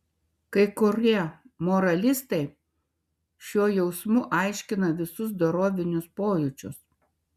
kai kurie moralistai šiuo jausmu aiškina visus dorovinius pojūčius